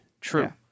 true